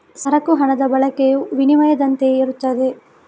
ಸರಕು ಹಣದ ಬಳಕೆಯು ವಿನಿಮಯದಂತೆಯೇ ಇರುತ್ತದೆ